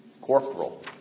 Corporal